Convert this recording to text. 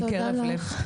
מקרב לב.